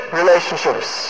relationships